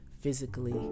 physically